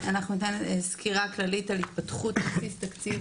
ניתן סקירה כללית על התפתחות בסיס תקציב